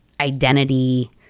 identity